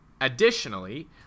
Additionally